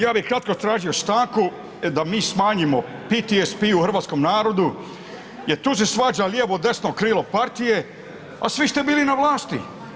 Ja bih kratko tražio stanku da mi smanjimo PTSP u hrvatskom narodu jer tu se svađa lijevo, desno krilo partije a svi ste bili na vlasti.